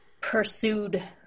pursued